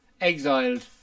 exiled